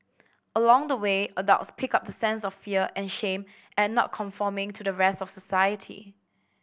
along the way adults pick up the sense of fear and shame at not conforming to the rest of society